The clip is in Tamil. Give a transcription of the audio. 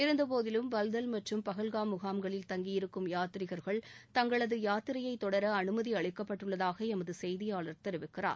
இருந்தபோதிலும் பல்தல் மற்றும் பஹல்காம் முகாம்களில் தங்கியிருக்கும் யாத்சிகள்கள் தங்களது யாத்திரையை தொடர அனுமதி அளிக்கப்பட்டுள்ளதாக எமது செய்தியாளர் தெரிவிக்கிறார்